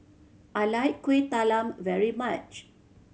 I like Kuih Talam very much